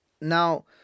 Now